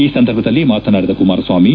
ಈ ಸಂದರ್ಭದಲ್ಲಿ ಮಾತನಾಡಿದ ಕುಮಾರಸ್ನಾಮಿ